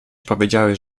powiedziałeś